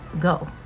go